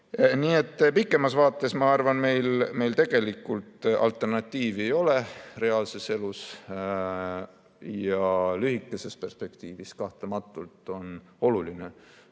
Nii et pikemas vaates ma arvan, et meil tegelikult alternatiivi ei ole reaalses elus. Aga lühikeses perspektiivis kahtlematult on oluline